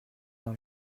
pas